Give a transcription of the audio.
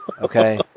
Okay